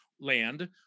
land